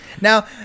Now